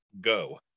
go